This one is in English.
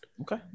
Okay